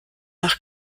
nach